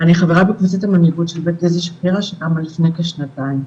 אני חברה בקבוצת המנהיגות של בית איזי שפירא שקמה לפני כשנתיים.